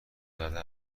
زده